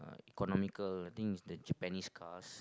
economical I think is the Japanese cars